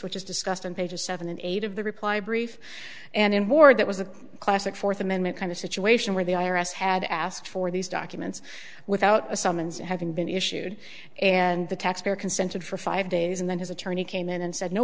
which is discussed on pages seven and eight of the reply brief and in more that was a classic fourth amendment kind of situation where the i r s had asked for these documents without a summons having been issued and the taxpayer consented for five days and then his attorney came in and said no